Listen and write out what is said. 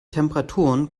temperaturen